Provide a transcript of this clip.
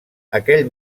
aquell